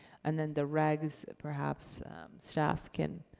and then the regs perhaps staff can?